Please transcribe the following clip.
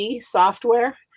software